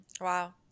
Wow